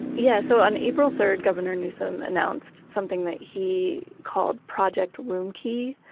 yeah. so, on april third, governor newsom announced something that he called project roomkey.